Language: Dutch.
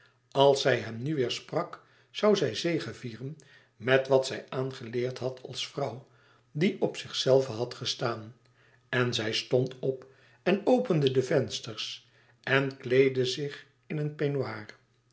als zij hem nu weêr sprak zoû zij zegevieren met wat zij aangeleerd had als vrouw die op zichzelve had gestaan en zij stond op en opende de vensters en kleedde zich in een peignoir